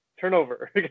turnover